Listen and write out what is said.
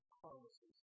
promises